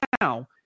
Now